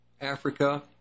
Africa